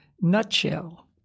nutshell